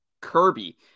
Kirby